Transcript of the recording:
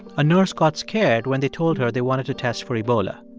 a nurse got scared when they told her they wanted to test for ebola.